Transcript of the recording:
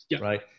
right